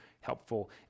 helpful